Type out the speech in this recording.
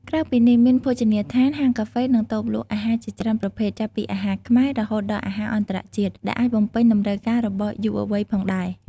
ក្រៅពីនេះ មានភោជនីយដ្ឋាន ហាងកាហ្វេ និងតូបលក់អាហារជាច្រើនប្រភេទ ចាប់ពីអាហារខ្មែរ រហូតដល់អាហារអន្តរជាតិ ដែលអាចបំពេញតម្រូវការរបស់យុវវ័យផងដែរ។